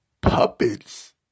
puppets